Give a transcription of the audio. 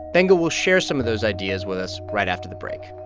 gbenga will share some of those ideas with us right after the break